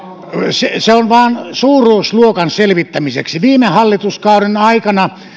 se se on vain suuruusluokan selvittämiseksi viime hallituskauden aikana